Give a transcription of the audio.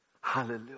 Hallelujah